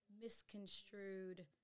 misconstrued